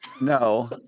no